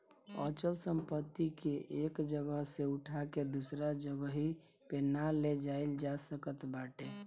अचल संपत्ति के एक जगह से उठा के दूसरा जगही पे ना ले जाईल जा सकत बाटे